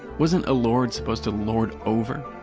wasn't a lord suppose to lord over?